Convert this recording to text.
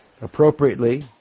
appropriately